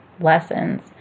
lessons